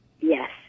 Yes